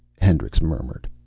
hendricks murmured.